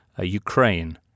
Ukraine